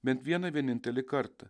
bent vieną vienintelį kartą